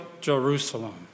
Jerusalem